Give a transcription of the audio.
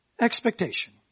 expectation